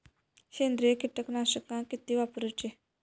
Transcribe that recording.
सेंद्रिय कीटकनाशका किती वापरूची?